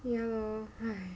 ya lor !hais!